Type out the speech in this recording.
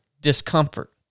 discomfort